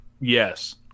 Yes